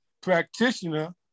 practitioner